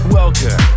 welcome